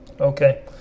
Okay